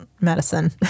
medicine